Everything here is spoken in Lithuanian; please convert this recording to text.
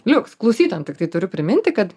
liuks klausytojam tiktai turiu priminti kad